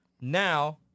now